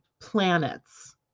planets